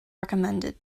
recommended